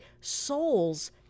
souls